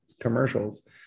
commercials